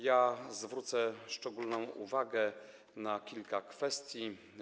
Ja zwrócę szczególną uwagę na kilka kwestii.